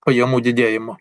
pajamų didėjimo